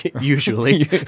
Usually